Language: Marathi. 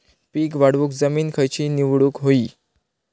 पीक वाढवूक जमीन खैची निवडुक हवी?